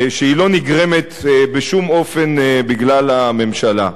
שלא נגרמת בשום אופן בגלל הממשלה.